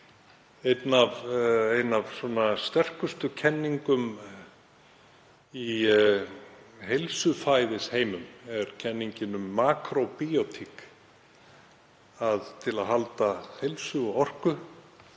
Ein af sterkustu kenningum í heilsufæðisheimum er kenningin um makróbíótík. Til að halda heilsu og orku